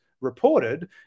reported